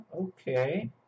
Okay